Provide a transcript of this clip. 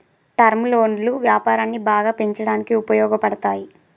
term లోన్లు వ్యాపారాన్ని బాగా పెంచడానికి ఉపయోగపడతాయి